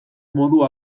modu